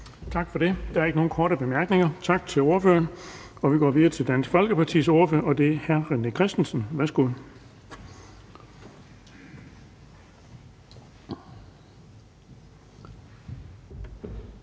Tak for det. Der er ikke nogen korte bemærkninger. Tak til ordføreren. Vi går videre til Liberal Alliances ordfører, og det er hr. Ole Birk Olesen. Værsgo.